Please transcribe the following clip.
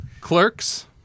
Clerks